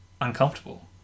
uncomfortable